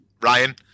Ryan